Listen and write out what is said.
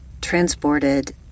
transported